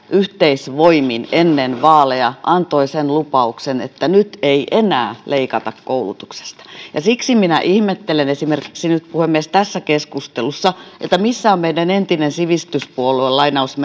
yhteisvoimin ennen vaaleja antoivat sen lupauksen että nyt ei enää leikata koulutuksesta siksi minä ihmettelen esimerkiksi nyt puhemies tässä keskustelussa missä on meidän entinen sivistyspuolue